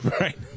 Right